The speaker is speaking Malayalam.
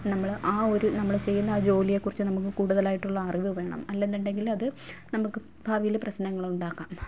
നമ്മൾ ആ ഒരു നമ്മൾ ചെയ്യുന്ന ആ ജോലിയെക്കുറിച്ച് നമുക്ക് കൂട്തലായിട്ടുള്ള അറിവ് വേണം അല്ലെന്നുണ്ടെങ്കിലത് നമുക്ക് ഭാവിയിൽ പ്രശ്നങ്ങളുണ്ടാക്കാം